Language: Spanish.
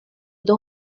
dos